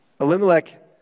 Elimelech